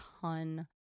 ton